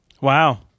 Wow